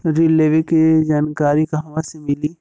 ऋण लेवे के जानकारी कहवा से मिली?